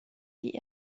die